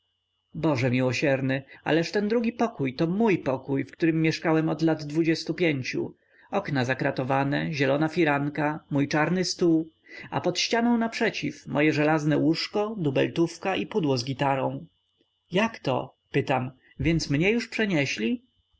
boże miłosierny ależ ten drugi pokój to mój pokój w którym mieszkałem od lat dwudziestu pięciu okna zakratowane zielona firanka mój czarny stół a pod ścianą naprzeciw moje żelazne łóżko dubeltówka i pudło z gitarą jakto pytam więc mnie już przenieśli